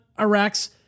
Iraq's